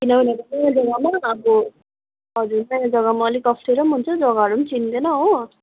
किनभने नयाँ जग्गामा अब हजुर नयाँ जग्गामा अलिक अप्ठ्यारो पनि हुन्छ जग्गाहरू पनि चिन्दैन हो